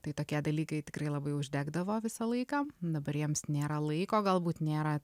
tai tokie dalykai tikrai labai uždegdavo visą laiką dabar jiems nėra laiko galbūt nėra